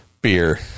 beer